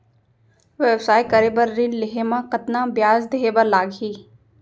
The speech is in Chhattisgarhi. व्यवसाय करे बर ऋण लेहे म कतना ब्याज देहे बर लागही?